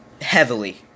heavily